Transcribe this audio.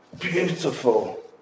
Beautiful